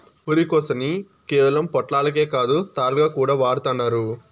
పురికొసని కేవలం పొట్లాలకే కాదు, తాళ్లుగా కూడా వాడతండారు